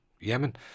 Yemen